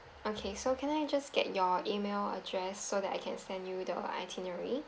okay so can I just get your email address so that I can send you the itinerary